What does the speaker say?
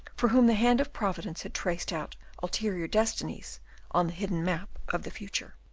for whom the hand of providence had traced out ulterior destinies on the hidden map of the future.